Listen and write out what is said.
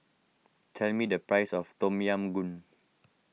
tell me the price of Tom Yam Goong